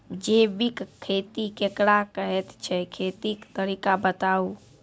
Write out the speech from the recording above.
जैबिक खेती केकरा कहैत छै, खेतीक तरीका बताऊ?